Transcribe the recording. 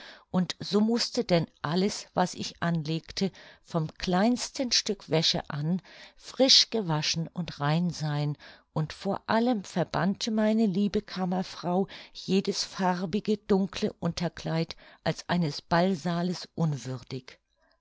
und so mußte denn alles was ich anlegte vom kleinsten stück wäsche an frisch gewaschen und rein sein und vor allem verbannte meine liebe kammerfrau jedes farbige dunkle unterkleid als eines ballsaales unwürdig